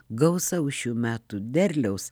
gausaus šių metų derliaus